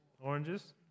Oranges